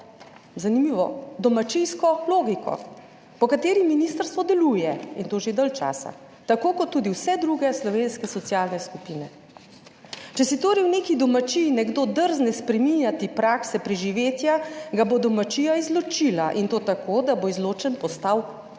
zanimivo, domačijsko logiko, po kateri ministrstvo deluje, in to že dalj časa, tako kot tudi vse druge slovenske socialne skupine. Če si torej v neki domačiji nekdo drzne spreminjati prakse preživetja, ga bo domačija izločila, in to tako, da bo izločen postal